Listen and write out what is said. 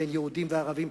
יהודים וערבים,